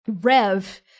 Rev